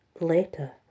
later